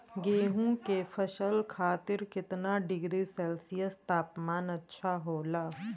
गेहूँ के फसल खातीर कितना डिग्री सेल्सीयस तापमान अच्छा होला?